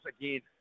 again